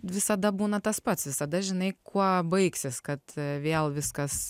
visada būna tas pats visada žinai kuo baigsis kad vėl viskas